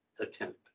attempt